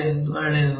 ಎಂದು ಅಳೆಯೋಣ